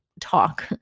talk